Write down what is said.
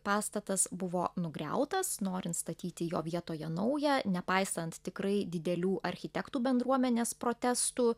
pastatas buvo nugriautas norint statyti jo vietoje naują nepaisant tikrai didelių architektų bendruomenės protestų